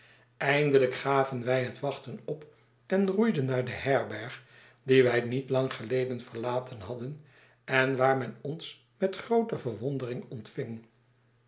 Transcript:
eindelijk gaven wy het wachten op en roeiden naar de herberg die wij niet lang geleden verlaten hadden en waar men ons met groote verwondering ontving